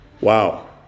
Wow